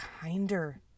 kinder